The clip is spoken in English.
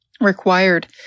required